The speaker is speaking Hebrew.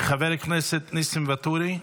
חבר הכנסת ניסים ואטורי,